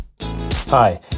Hi